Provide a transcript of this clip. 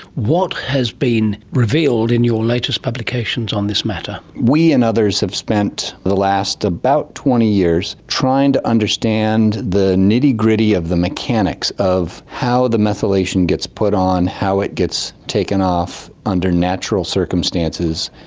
what has been revealed in your latest publications on this matter? we and others have spent the last about twenty years trying to understand the nitty-gritty of the mechanics of how the methylation gets put on, how it gets taken off under natural circumstances,